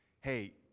hey